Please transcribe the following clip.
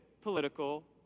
political